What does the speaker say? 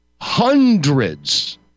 Hundreds